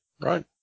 Right